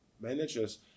managers